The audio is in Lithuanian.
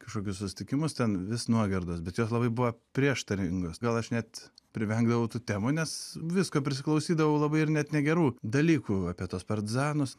kašokius susitikimus ten vis nuogirdos bet jos labai buvo prieštaringos gal aš net privengdavau tų temų nes visko prisiklausydavau labai ir net negerų dalykų apie tuos partizanus